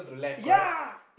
ya